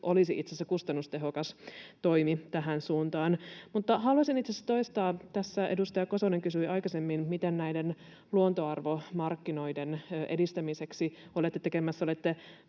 olisi itse asiassa kustannustehokas toimi tähän suuntaan. Mutta haluaisin itse asiassa toistaa, kun tässä edustaja Kosonen kysyi aikaisemmin, mitä näiden luontoarvomarkkinoiden edistämiseksi olette tekemässä.